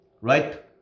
right